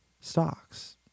stocks